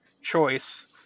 choice